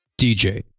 dj